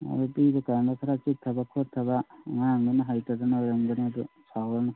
ꯍꯣꯏ ꯄꯤꯕ ꯀꯥꯟꯗ ꯈꯔ ꯆꯤꯠꯊꯕ ꯈꯣꯠꯊꯕ ꯑꯉꯥꯡꯅꯤꯅ ꯍꯩꯇꯗꯅ ꯑꯣꯏꯔꯝꯒꯅꯤ ꯑꯗꯨ ꯁꯥꯎꯔꯅꯨ